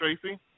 Tracy